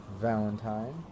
valentine